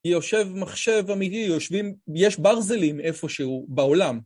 יושב מחשב אמיתי, יושבים, יש ברזלים איפשהו בעולם.